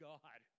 God